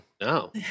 no